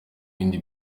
ibindi